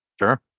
Sure